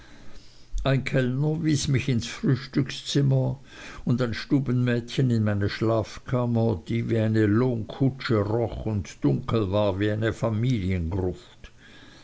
ein kellner wies mich ins frühstückszimmer und ein stubenmädchen in meine schlafkammer die wie eine lohnkutsche roch und dunkel war wie eine familiengruft